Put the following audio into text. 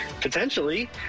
potentially